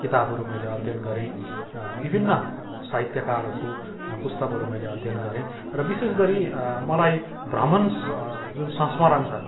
किताबहरू मैले अध्ययन गरेँ विभिन्न साहित्यकारहरू को पुस्तकहरू मैले अध्ययन गरेँ र विशेष गरी मलाई भ्रमर जुन संस्मरण छ